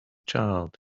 child